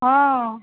हँ